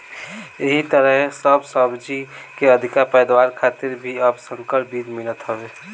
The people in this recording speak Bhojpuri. एही तरहे सब सब्जी के अधिका पैदावार खातिर भी अब संकर बीज मिलत हवे